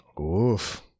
Oof